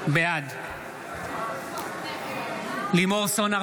בעד לימור סון הר